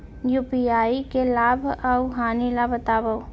UPI के लाभ अऊ हानि ला बतावव